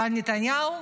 אבל נתניהו,